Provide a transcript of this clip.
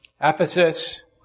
Ephesus